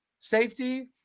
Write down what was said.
safety